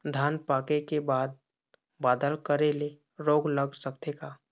धान पाके के बाद बादल करे ले रोग लग सकथे का?